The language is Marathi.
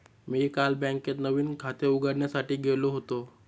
मी काल बँकेत नवीन खाते उघडण्यासाठी गेलो होतो